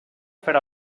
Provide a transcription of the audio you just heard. fer